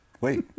wait